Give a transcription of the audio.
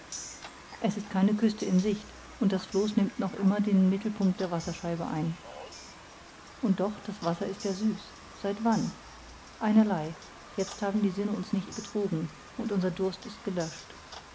es ist keine küste in sicht und das floß nimmt noch immer den mittelpunkt der wasserscheibe ein und doch das wasser ist ja süß seit wann einerlei jetzt haben die sinne uns nicht betrogen und unser durst ist gelöscht